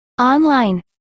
Online